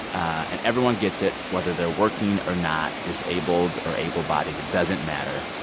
and everyone gets it, whether they're working or not, disabled or able-bodied. it doesn't matter.